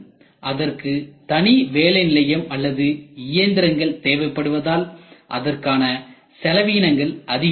அதற்கு தனி வேலை நிலையம் அல்லது இயந்திரங்கள் தேவைப்படுவதால் அதற்கான செலவினங்கள் அதிகரிக்கிறது